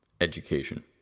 Education